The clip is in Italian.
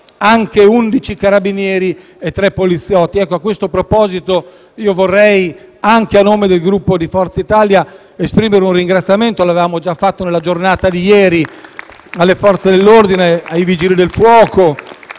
anche undici carabinieri e tre poliziotti. A questo proposito, vorrei, anche a nome del Gruppo Forza Italia, rivolgere un ringraziamento, come avevamo già fatto anche nella giornata di ieri, alle Forze dell'ordine, ai Vigili del fuoco,